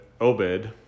Obed